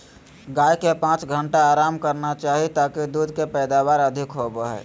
गाय के पांच घंटा आराम करना चाही ताकि दूध के पैदावार अधिक होबय